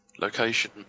Location